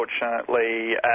unfortunately